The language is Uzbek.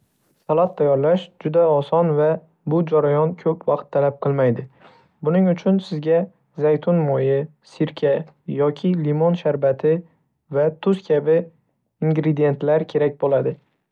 Salat tayyorlash juda oson va bu jarayon ko'p vaqt talab qilmaydi. Buning uchun sizga zaytun moyi, sirka yoki limon sharbati va tuz kabi ingredientlar kerak bo‘ladi.